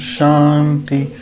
Shanti